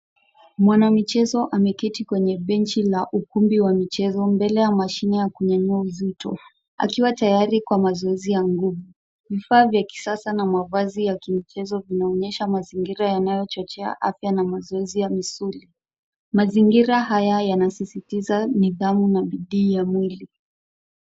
Mwanamichezo ameketi kwenye benchi la ukumbi wa michezo, mbele ya mashini ya kunyanyua uzito, akiwa tayari kwa mazoezi ya nguvu. Vifaa vya kisasa na mavazi ya kimichezo yanaonyesha mazingira yanayochochea afya na mazoezi ya misuli. Mazingira haya yanasisitiza nidhamu na bidii ya mwili.